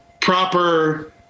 proper